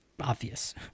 obvious